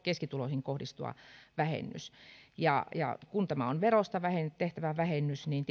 keskituloisiin kohdistuva vähennys ja ja kun tämä on verosta tehtävä vähennys niin